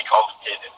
complicated